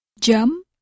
Jam